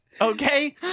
Okay